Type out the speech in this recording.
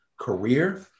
career